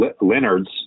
Leonards